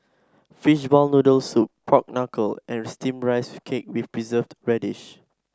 Fishball Noodle Soup Pork Knuckle and steamed Rice Cake with Preserved Radish